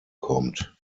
kommt